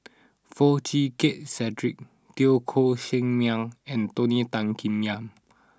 Foo Chee Keng Cedric Teo Koh Sock Miang and Tony Tan Keng Yam